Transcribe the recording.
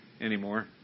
anymore